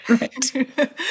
right